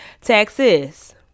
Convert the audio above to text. Texas